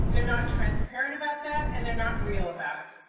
they're not transparent about that. and they're not real about it.